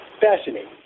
Fascinating